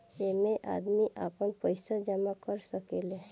ऐइमे आदमी आपन पईसा जमा कर सकेले